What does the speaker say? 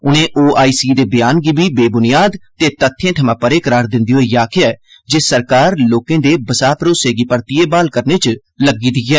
उनें ओआईसी दे बयान गी बेबुनियाद ते तत्थें थमां परे करार दिंदे होई आखेआ जे सरकार लोकें दे बसाह मरोसे गी ब्हाल करने च लग्गी दी ऐ